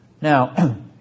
Now